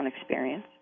experience